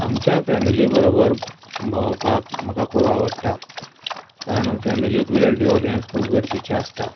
आमच्या फेमिली बरोबर भोंवपाक म्हाका खूब आवडटा कारण फेमिलीक वेळ दिवप हें खूब गरजेचें आसता